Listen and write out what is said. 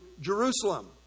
Jerusalem